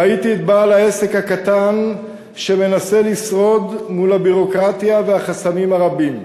ראיתי את בעל העסק הקטן שמנסה לשרוד מול הביורוקרטיה והחסמים הרבים,